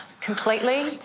completely